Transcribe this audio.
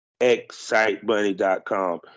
ExciteBunny.com